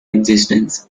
existence